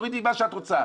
תורידי מה שאת רוצה.